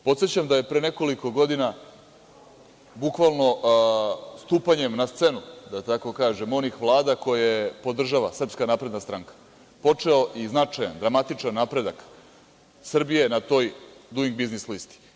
Podsećam da je pre nekoliko godina bukvalno stupanjem na scenu, da tako kažem, onih vlada koje podržava SNS, počeo i značajan dramatičan napredak Srbije na toj Duing biznis listi.